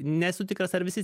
tai nesu tikras ar visi